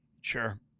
Sure